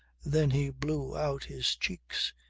then he blew out his cheeks.